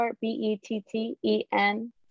b-e-t-t-e-n